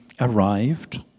arrived